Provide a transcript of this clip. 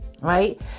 right